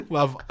Love